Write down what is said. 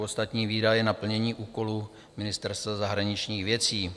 Ostatní výdaje na plnění úkolu Ministerstva zahraničních věcí.